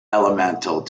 elemental